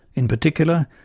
in particular,